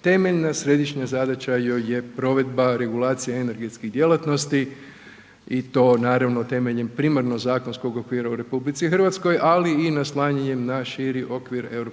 Temeljna središnja zadaća joj je provedba regulacija energetskih djelatnosti i to naravno temeljem primarnog zakonskog okvira u RH ali i naslanjanjem na širi okvir EU-a